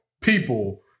people